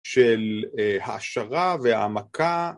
של ההעשרה וההעמקה